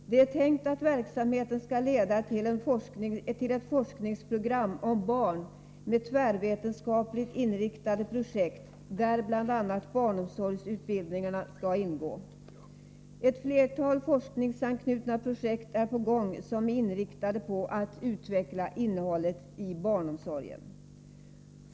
Det är tänkt att verksamheten skall leda till ett forskningsprogram om barn med tvärvetenskapligt inriktade projekt, där bl.a. barnomsorgsutbildningen skall ingå. Ett flertal forskningsanknutna projekt är på gång och inriktade på att utveckla innehållet i barnomsorgen.